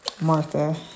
Martha